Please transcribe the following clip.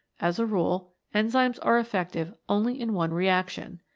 as a rule enzymes are effective only in one reaction.